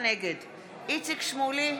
נגד איציק שמולי,